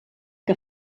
que